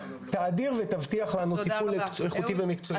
תאדיר ותבטיח לנו טיפול איכותי ומקצועי.